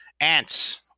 ants